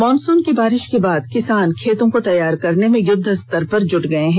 monsoon की बारिश के बाद किसान खेतों को तैयार करने में युद्ध स्तर पर जुट गये हैं